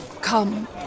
Come